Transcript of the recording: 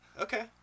okay